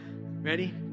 ready